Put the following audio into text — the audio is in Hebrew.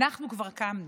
אנחנו כבר קמנו,